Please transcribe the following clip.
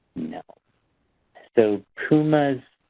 you know so, pumas,